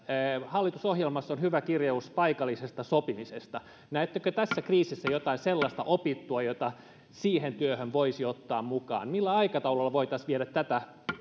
hallitusohjelmassa on hyvä kirjaus paikallisesta sopimisesta näettekö tässä kriisissä jotain sellaista opittua jota siihen työhön voisi ottaa mukaan millä aikataululla voitaisiin viedä tätä